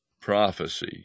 prophecy